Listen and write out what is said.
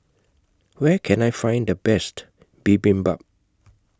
Where Can I Find The Best Bibimbap